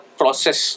process